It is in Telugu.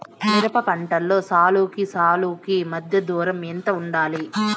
మిరప పంటలో సాలుకి సాలుకీ మధ్య దూరం ఎంత వుండాలి?